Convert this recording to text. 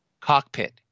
cockpit